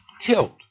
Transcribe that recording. killed